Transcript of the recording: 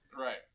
Right